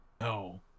No